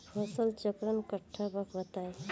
फसल चक्रण कट्ठा बा बताई?